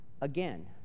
again